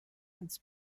eins